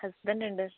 husband ഉണ്ട്